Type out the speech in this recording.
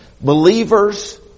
believers